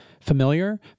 familiar